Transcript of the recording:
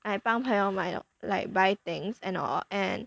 哎帮朋友买了 like buy things and or and